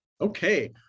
Okay